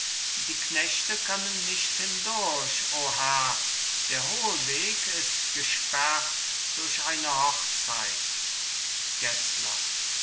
die knechte können nicht hindurch o herr der hohlweg ist gesperrt durch eine hochzeit gessler